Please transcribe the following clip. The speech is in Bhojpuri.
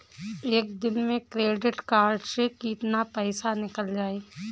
एक दिन मे क्रेडिट कार्ड से कितना पैसा निकल जाई?